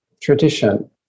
tradition